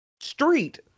street